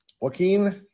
Joaquin